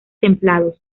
templados